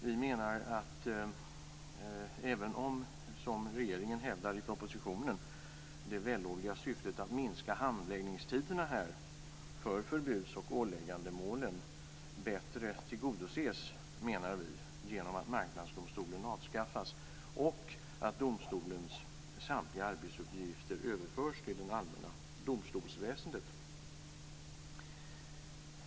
Vi menar att det vällovliga syftet att minska handläggningstiderna för förbuds och åläggandemålen, som regeringen hävdar i propositionen, bättre tillgodoses genom att Marknadsdomstolen avskaffas och att domstolens samtliga arbetsuppgifter överförs till det allmänna domstolsväsendet.